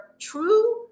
true